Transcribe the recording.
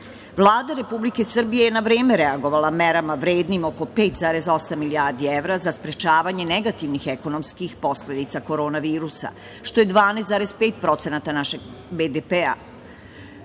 Vlada Republike Srbije je na vreme reagovala merama vrednim oko 5,8 milijardi evra za sprečavanje negativnih ekonomskih posledica korona virusa što je 12,5% našeg BDP-a.